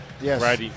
Yes